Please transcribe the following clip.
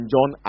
John